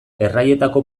erraietako